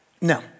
no